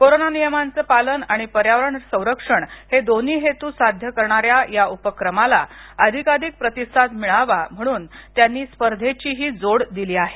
corona नियमांचं पालन आणि पर्यावरण संरक्षण हे दोन्ही हेतू साध्य करणार्याे या उपक्रमाला अधिकाधिक प्रतिसाद मिळावा म्हणून त्यांनी स्पर्धेचीही जोड दिली आहे